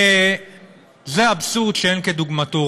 וזה אבסורד שאין כדוגמתו.